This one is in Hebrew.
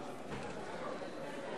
הצעת חוק לתיקון פקודת מס הכנסה (מס' 178 והוראת שעה),